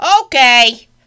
Okay